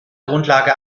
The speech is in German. grundlage